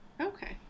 Okay